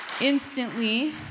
instantly